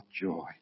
Joy